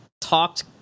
talked